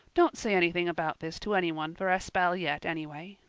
don't say anything about this to any one for a spell yet, anyway.